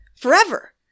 forever